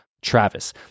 Travis